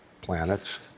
planets